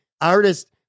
artists